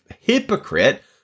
Hypocrite